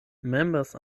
members